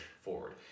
forward